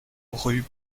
rue